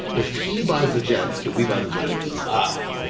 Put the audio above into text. if he buys the jets, can we buy the giants? ah